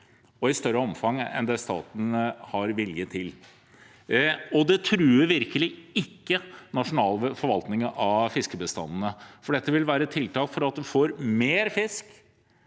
og i større omfang enn det staten har vilje til. Det truer virkelig ikke den nasjonale forvaltningen av fiskebestandene. Dette vil være tiltak for å få mer fisk,